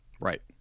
Right